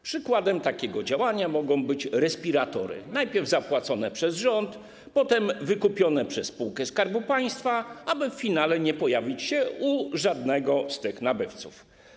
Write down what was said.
Przykładem takiego działania mogą być respiratory, które najpierw zostały opłacone przez rząd, potem wykupione przez spółkę Skarbu Państwa, aby w finale nie pojawić się u żadnego z tych nabywców.